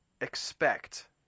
expect